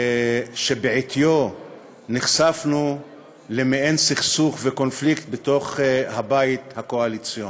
שבעטיו נחשפנו למעין סכסוך וקונפליקט בתוך הבית הקואליציוני,